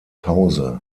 pause